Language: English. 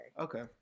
Okay